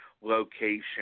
location